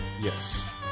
Yes